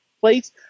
place